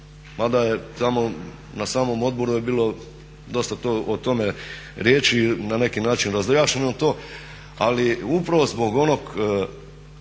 tamo, na samom odboru je bilo dosta o tome riječi, na neki način razjašnjeno to, ali upravo zbog onog